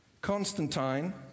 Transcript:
Constantine